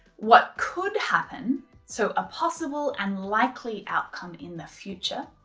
what could happen so a possible and likely outcome in the future.